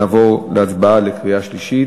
נעבור להצבעה בקריאה שלישית.